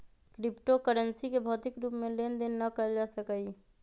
crypto currency के भौतिक रूप से लेन देन न कएल जा सकइय